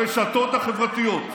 הרשתות החברתיות,